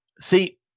See